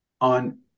on